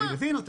אני מבין אותך.